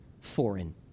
foreign